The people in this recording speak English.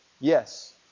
Yes